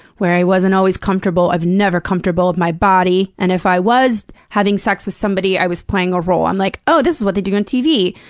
where i wasn't always comfortable i'm never comfortable with my body. and if i was having sex with somebody, i was playing a role. i'm like, oh, this is what they do on tv.